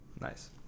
nice